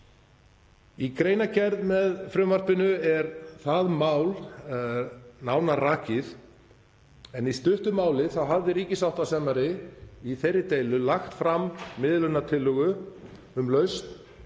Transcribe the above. Í greinargerð með frumvarpinu er það mál nánar rakið en í stuttu máli hafði ríkissáttasemjari í þeirri deilu lagt fram miðlunartillögu um lausn